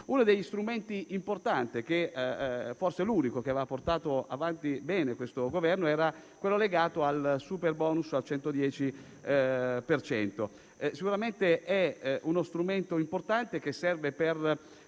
Uno degli strumenti importanti, forse l'unico che aveva portato avanti bene questo Governo, era legato al superbonus del 110 per cento. È sicuramente uno strumento importante che serve per